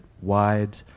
wide